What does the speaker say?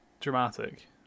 dramatic